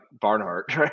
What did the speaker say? Barnhart